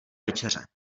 večeře